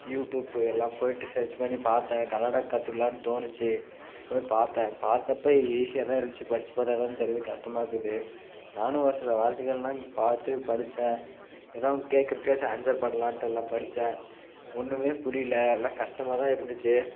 YouTube எல்லா போய்விட்டு search பண்ணி பார்த்தேன் கன்னடா கற்றுக்கலான்னு தோணிச்சு போய் பார்த்தேன் பார்த்தப்ப ஈஸியாக தான் இருந்துச்சு படிச்சு பார்த்தா தான் தெரியுது கஷ்டமாக இருக்குது நானும் ஒரு சில வார்த்தைகளெலாம் பார்த்து படித்தேன் ஏதாவது கேட்குறதுக்காச்சும் ஆன்சர் பண்ணலாம்ன்ட்டு எல்லாம் படித்தேன் ஒன்றுமே புரியலை எல்லாம் கஷ்டமாக தான் இருந்துச்சு